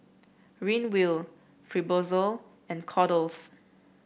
Ridwind Fibrosol and Kordel's